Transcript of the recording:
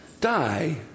die